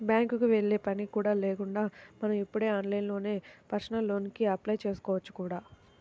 బ్యాంకుకి వెళ్ళే పని కూడా లేకుండా మనం ఇప్పుడు ఆన్లైన్లోనే పర్సనల్ లోన్ కి అప్లై చేసుకోవచ్చు కూడా